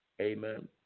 Amen